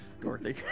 Dorothy